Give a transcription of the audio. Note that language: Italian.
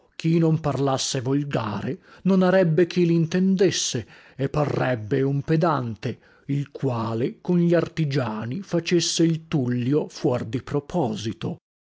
chi non parlasse volgare non arebbe chi lintendesse e parrebbe un pedante il quale con gli artigiani facesse il tullio fuor di proposito